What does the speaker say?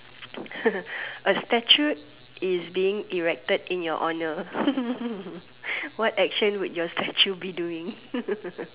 a statute is being erected in your honor what action would your statue be doing